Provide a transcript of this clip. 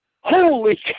holy